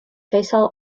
faisal